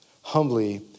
humbly